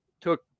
took